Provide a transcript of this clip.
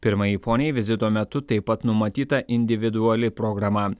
pirmajai poniai vizito metu taip pat numatyta individuali programa